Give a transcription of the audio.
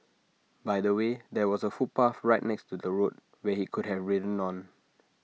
by the way there was A footpath right next to the road where he could have ridden on